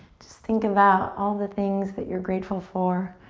just think about all the things that you're grateful for,